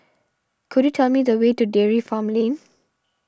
could you tell me the way to Dairy Farm Lane